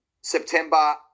september